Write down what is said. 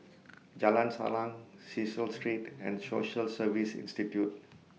Jalan Salang Cecil Street and Social Service Institute